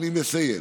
אני מסיים.